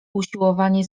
usiłowanie